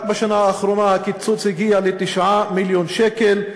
רק בשנה האחרונה הקיצוץ הגיע ל-9 מיליון שקל,